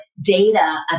data